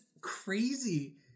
crazy